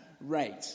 rate